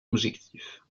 objectifs